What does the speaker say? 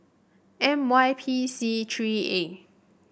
M Y P C three A